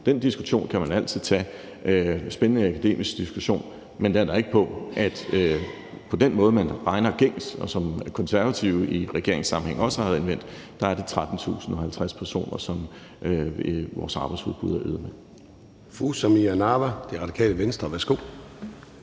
Den diskussion kan man altid tage – en spændende akademisk diskussion – men det ændrer ikke på, at med den gængse måde at regne på, som Konservative i regeringssammenhæng også har anvendt, er det 13.050 personer, som vores arbejdsudbud er øget med.